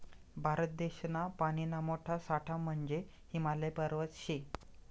भारत देशना पानीना मोठा साठा म्हंजे हिमालय पर्वत शे